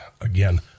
Again